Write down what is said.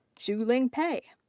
shulin pei.